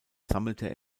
sammelte